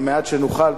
במעט שנוכל,